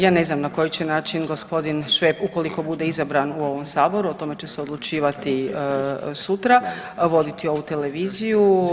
Ja ne znam na koji će način gospodin Šveb ukoliko bude izabran u ovom saboru, o tome će se odlučivati sutra, voditi ovu televiziju.